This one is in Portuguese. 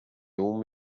uma